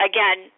Again